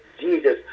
Jesus